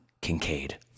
Kincaid